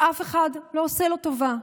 שאף אחד לא עושה לו טובה,